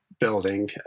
building